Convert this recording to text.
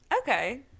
okay